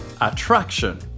attraction